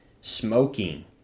smoking